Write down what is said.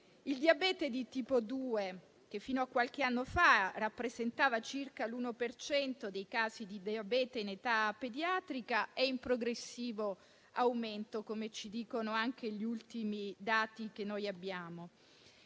Il diabete di tipo 2, che fino a qualche anno fa rappresentava circa l'uno per cento dei casi di diabete in età pediatrica, è in progressivo aumento, come ci dicono anche gli ultimi dati di cui disponiamo.